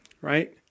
Right